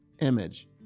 image